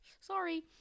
Sorry